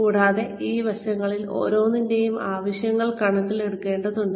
കൂടാതെ ഈ വശങ്ങളിൽ ഓരോന്നിന്റെയും ആവശ്യങ്ങൾ കണക്കിലെടുക്കേണ്ടതുണ്ട്